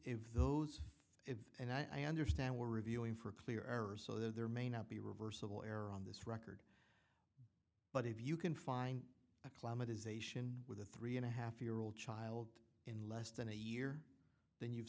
if those if and i understand were reviewing for clear errors so there may not be reversible error on this record but if you can find a climate is asian with a three and a half year old child in less than a year then you've